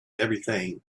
everything